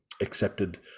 accepted